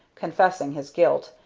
confessing his guilt,